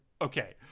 Okay